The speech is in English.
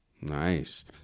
nice